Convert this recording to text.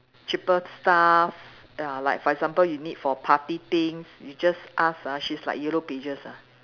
cheaper stuff ya like for example you need for party things you just ask ah she's like yellow pages ah